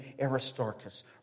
Aristarchus